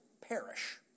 perish